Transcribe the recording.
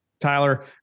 Tyler